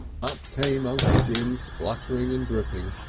up came uncle jim spluttering and dripping.